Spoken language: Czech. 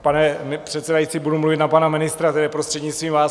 Pane předsedající, budu mluvit na pana ministra, prostřednictvím vás.